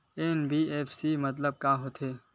NBFC के मतलब का होथे?